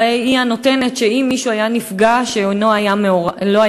הרי היא הנותנת שאם היה נפגע מישהו שלא היה מעורב,